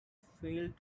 failed